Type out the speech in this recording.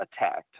attacked